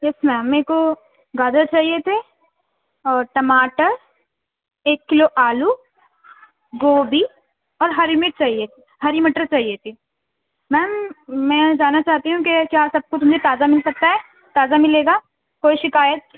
یس ma'am میکو گاجر چاہیے تھے اور ٹماٹر ایک کلو آلو گوبھی اور ہری مرچ چاہیے ہری مٹر چاہیے تھی میم میں جاننا چاہتی ہوں کہ کیا سب کچھ ہمیں تازہ مل سکتا ہے تازہ ملے گا کوئی شکایت